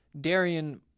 darian